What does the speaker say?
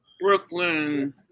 Brooklyn